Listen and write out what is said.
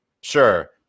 sure